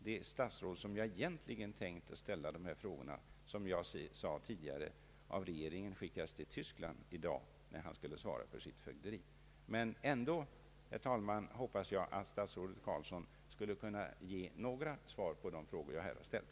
Det statsråd som jag egentligen hade tänkt att ställa mina frågor till har ju, som jag tidigare sade, av regeringen i dag skickats till Tyskland när han skulle svara för sitt fögderi. Men ändå, herr talman, hoppas jag att statsrådet Carlsson skall kunna ge svar på några av de frågor som jag här har ställt.